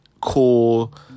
cool